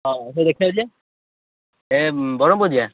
ହଁ ସେଇଟା ଦେଖିବାକୁ ଯିବା ଏ ବ୍ରହ୍ମପୁର ଯିବା